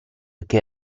che